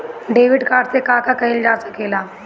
Debit card से का का कइल जा सके ला?